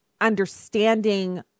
understanding